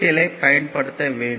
L I பயன்படுத்த வேண்டும்